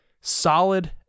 solid